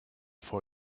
for